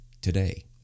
today